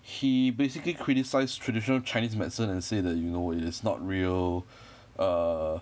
he basically criticized traditional chinese medicine and say that you know it is not real err